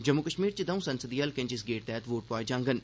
जम्मू कश्मीर च दौं संसदीय हलकें च इस गेड़ तैह्त वोट पोआए जाडन